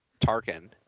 Tarkin